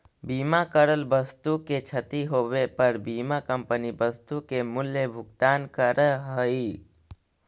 बीमा करल वस्तु के क्षती होवे पर बीमा कंपनी वस्तु के मूल्य भुगतान करऽ हई